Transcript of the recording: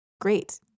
Great